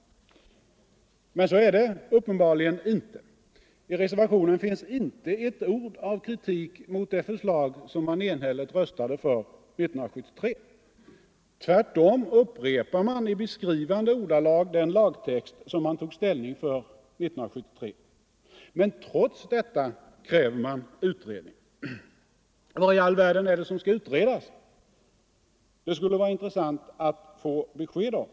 Men så är det uppenbarligen inte. I reservationen finns inte ett ord av kritik mot det förslag som man enhälligt röstade för 1973. Tvärtom upprepar man i beskrivande ordalag den lagtext som man tog ställning för 1973. Men trots detta kräver man utredning. Vad i all världen är det som skall utredas? Det skulle vara intressant att få besked om.